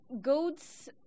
goats